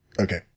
Okay